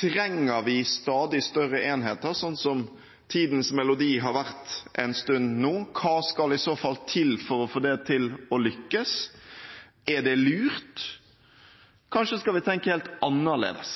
Trenger vi stadig større enheter, sånn som tidens melodi har vært en stund nå? Hva skal i så fall til for å få det til å lykkes? Er det lurt? Kanskje skal vi tenke helt annerledes.